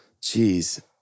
Jeez